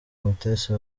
mutesi